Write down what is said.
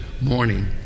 morning